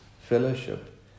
fellowship